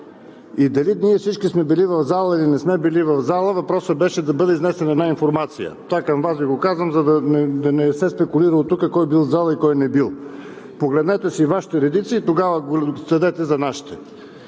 Дали ние всички сме били в залата, или не сме били в залата, въпросът беше да бъде изнесена една информация. Това го казвам на Вас, за да не се спекулира от тук кой бил в залата и кой не е бил. Погледнете си Вашите редици и тогава следете за нашите.